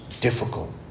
difficult